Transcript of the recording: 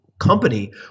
company